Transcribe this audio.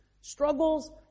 struggles